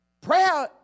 Prayer